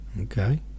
Okay